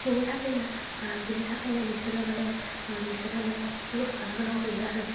बिनि थाखायनो बिनि थाखायनो बिसोरो माने बिसोरो माने लस जानो गोनां जायो आरो